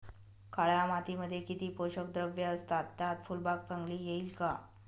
काळ्या मातीमध्ये किती पोषक द्रव्ये असतात, त्यात फुलबाग चांगली येईल का?